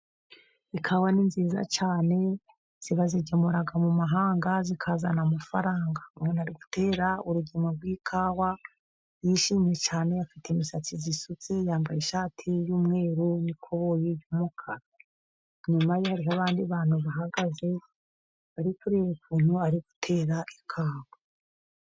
Ikawa ni nziza cyane, bayigemura mu mahanga ikazana amafaranga. Umuntu ari gutera urugemwe rw'ikawa yishimye cyane. Afite imisatsi isutse, yambaye ishati y'umweru, n'ikoboyi y'umukara. Inyuma ye hariho abandi bantu bahagaze bari kureba ukuntu ari gutera ikawa.